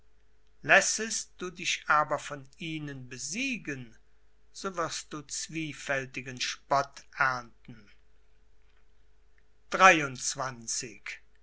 lässest du dich aber von ihnen besiegen so wirst du zwiefältigen spott ernten